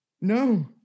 No